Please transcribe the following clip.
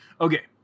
Okay